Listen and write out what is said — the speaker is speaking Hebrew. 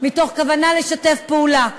מתוך כוונה לשתף פעולה.